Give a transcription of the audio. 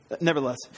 Nevertheless